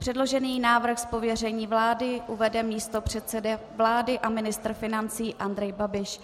Předložený návrh z pověření vlády uvede místopředseda vlády a ministr financí Andrej Babiš.